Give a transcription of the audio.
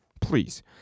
Please